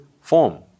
form